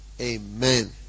Amen